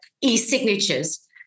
e-signatures